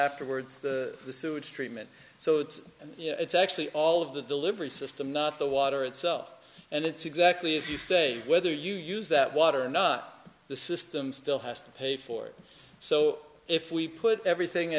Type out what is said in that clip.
afterwards the sewage treatment so it's you know it's actually all of the delivery system not the water itself and it's exactly as you say whether you use that water or not the system still has to pay for it so if we put everything